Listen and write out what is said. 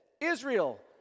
Israel